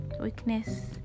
weakness